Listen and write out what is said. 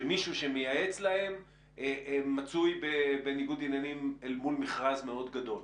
שמישהו שמייעץ להם מצוי בניגוד עניינים אל מול מכרז מאוד גדול.